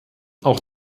auch